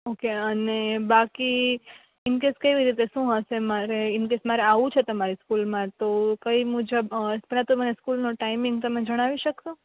okay અને બાકી in case કેવી રીતે શું હશે મારે ઈન કેસ મારે આવવું છે તમારી સ્કૂલમાં તો કઈ મુજબ પહેલા તો મને સ્કૂલનો ટાયમિંગ તમે જણાવી શકશો